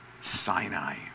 Sinai